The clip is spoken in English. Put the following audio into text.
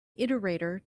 iterator